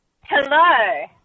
Hello